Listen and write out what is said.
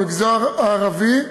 במגזר הערבי,